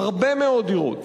הרבה מאוד דירות.